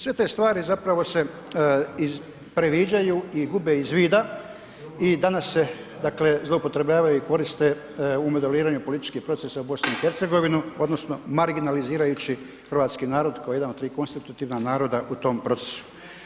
Sve te stvari zapravo se previđaju i gube iz vida i danas se zloupotrebljavaju i koriste u modeliranju političkih procesa u Bosni i Hercegovini odnosno marginalizirajući Hrvatski narod kao jedan od tri konstitutivna naroda u tom procesu.